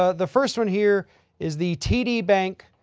ah the first one here is the td bank